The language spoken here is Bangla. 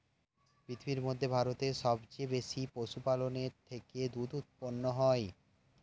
পৃথিবীর মধ্যে ভারতে সবচেয়ে বেশি পশুপালনের থেকে দুধ উৎপন্ন হয়